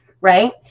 right